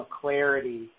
clarity